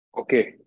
Okay